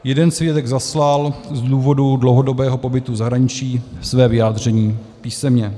Jeden svědek zaslal z důvodu dlouhodobého pobytu v zahraničí své vyjádření písemně.